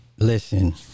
Listen